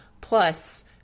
plus